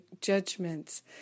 judgments